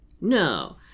No